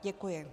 Děkuji.